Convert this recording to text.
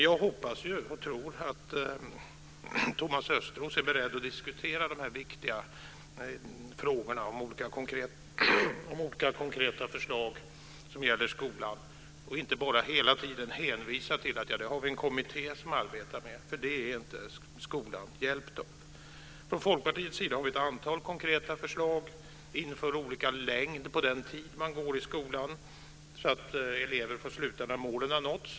Jag hoppas dock och tror att Thomas Östros är beredd att diskutera de viktiga frågorna om olika konkreta förslag som gäller skolan och inte bara hela tiden hänvisar till att vi har en kommitté som arbetar med detta. Det är nämligen inte skolan hjälpt av. Från Folkpartiets sida har vi ett antal konkreta förslag: Vi vill införa olika längd på den tid man går i skolan så att eleverna får sluta när målen har nåtts.